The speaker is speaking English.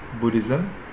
Buddhism